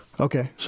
okay